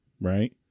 right